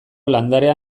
landarea